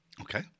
Okay